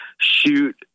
shoot